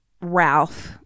Ralph